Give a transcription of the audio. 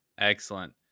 Excellent